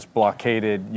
blockaded